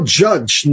judge